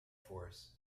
force